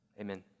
Amen